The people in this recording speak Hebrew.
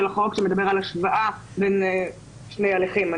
החוק שמדבר על השוואה בין שני הליכים.